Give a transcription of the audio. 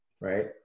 right